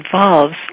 involves